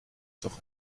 doch